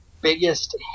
biggest